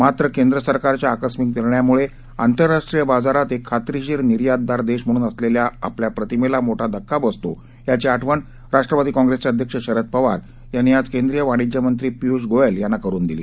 मात्र केंद्रसरकारच्या आकस्मिक निर्णयामुळे आंतरराष्ट्रीय बाजारात एक खात्रीशीर निर्यातदार देश म्हणून असलेल्या प्रतिमेला मोठा धक्का बसतो याची आठवण राष्ट्रवादी काँग्रेसचे अध्यक्ष शरद पवार यांनी आज केंद्रीय वाणिज्यमंत्री पियूष गोयल यांना करुन दिली